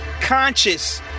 conscious